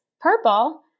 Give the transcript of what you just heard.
purple